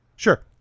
Sure